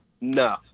No